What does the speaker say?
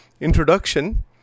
introduction